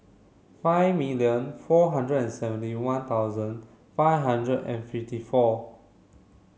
five million four hundred and seventy one thousand five hundred and fifty four